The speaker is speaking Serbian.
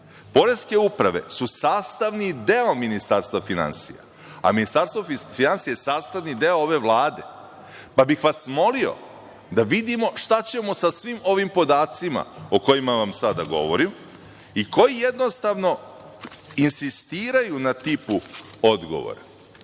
Poreske uprave su sastavni deo Ministarstva finansija, a Ministarstvo finansija je sastavni deo ove Vlade, pa bih vas molio da vidimo šta ćemo sa svim ovim podacima o kojima vam sada govorim i koji jednostavno insistiraju na tipu odgovora. Potpuno